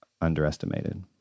underestimated